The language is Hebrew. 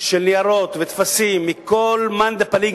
של ניירות וטפסים מכל מאן דבעי,